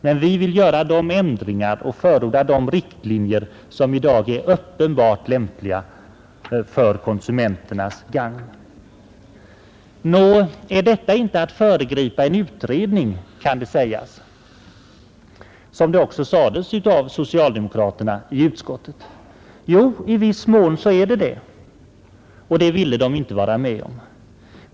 Men vi vill göra de ändringar och förorda de riktlinjer som i dag är uppenbart lämpliga och till konsumenternas gagn. Är detta inte att föregripa en utredning, kan det sägas — som det också sades av socialdemokrater i utskottet. Jo, i viss mån är det så. Och det ville de inte vara med om.